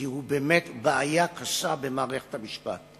כי הוא באמת בעיה קשה במערכת המשפט.